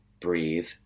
breathe